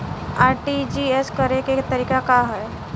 RTGS करे के तरीका का हैं?